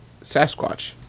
Sasquatch